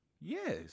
Yes